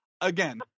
again